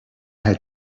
had